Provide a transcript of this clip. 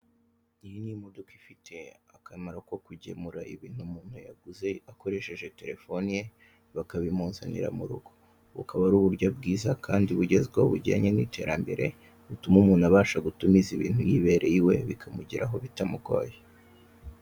Iyi ni imodoka ifite akamaro ko kugemura ibintu umuntu yaguze akoresheje telefoni ye bakabimuzanira mu rugo. Bukaba ari uburyo bwiza kandi bugezweho bujyanye n'iterambere, butuma umuntu abasha gutumiza ibintu yibereye iwe bikamugeraho bitamugoye.